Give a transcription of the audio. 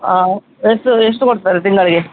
ಹಾಂ ಎಷ್ಟು ಎಷ್ಟು ಕೊಡ್ತಾರೆ ತಿಂಗಳಿಗೆ